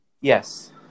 Yes